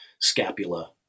scapula